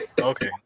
okay